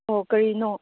ꯑꯣ ꯀꯔꯤꯅꯣ